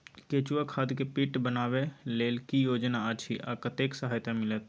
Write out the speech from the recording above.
केचुआ खाद के पीट बनाबै लेल की योजना अछि आ कतेक सहायता मिलत?